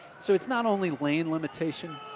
so it's not only lane limitation,